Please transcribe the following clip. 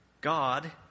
God